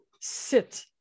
sit